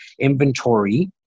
inventory